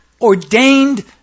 ordained